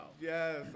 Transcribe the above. Yes